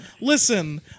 listen